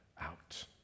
out